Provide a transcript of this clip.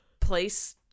place